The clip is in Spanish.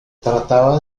trataba